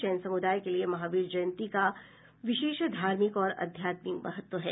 जैन समुदाय के लिए महावीर जयंती का विशेष धार्मिक और आध्यात्मिक महत्व है